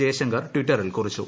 ജയശങ്കർ ട്വിറ്ററിൽ കുറിച്ചു